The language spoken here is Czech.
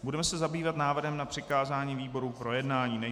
Budeme se zabývat návrhem na přikázání výborům k projednání.